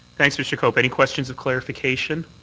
thanks, mr. cope. any questions of clarification?